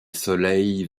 soleil